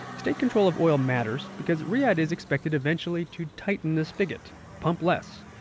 state control of oil matters because riyadh is expected eventually to tighten the spigot, pump less.